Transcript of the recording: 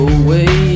away